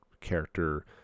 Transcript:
character